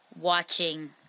watching